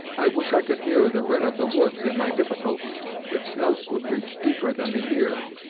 i wish i could hear the wren of the woods in my difficulty its note would reach deeper than the ear.